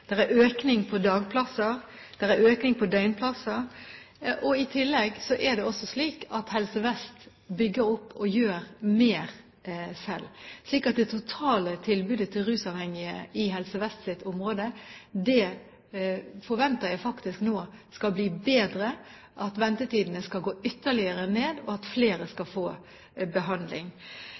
er en økning på dagplasser, og det er en økning på døgnplasser. I tillegg er det også slik at Helse Vest bygger opp og gjør mer selv. Så jeg forventer faktisk at det totale tilbudet til rusavhengige i Helse Vests område nå skal bli bedre, at ventetidene skal gå ytterligere ned, og at flere skal få behandling.